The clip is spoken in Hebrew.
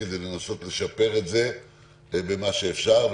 כדי לנסות לשפר את זה במה שאפשר,